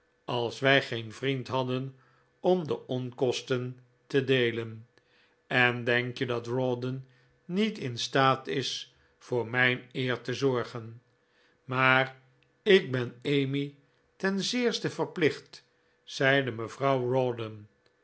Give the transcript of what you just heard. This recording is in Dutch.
als wij geen vriend hadden om de onkosten te deelen en denk je dat rawdon niet in staat is voor mijn eer te zorgen maar ik ben emmy ten zeerste verplicht zeide mevrouw